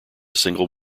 single